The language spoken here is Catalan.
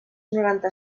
noranta